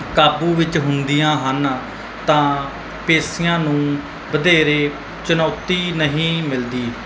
ਕਾਬੂ ਵਿੱਚ ਹੁੰਦੀਆਂ ਹਨ ਤਾਂ ਪੇਸ਼ੀਆਂ ਨੂੰ ਵਧੇਰੇ ਚੁਣੌਤੀ ਨਹੀਂ ਮਿਲਦੀ